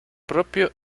propio